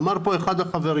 אמר פה אחד החברים,